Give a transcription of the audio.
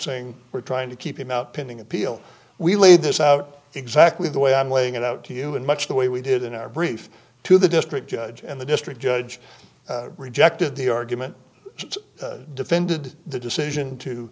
saying we're trying to keep him out pending appeal we laid this out exactly the way i'm laying it out to you in much the way we did in our brief to the district judge and the district judge rejected the argument defended the decision to